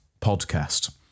podcast